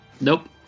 Nope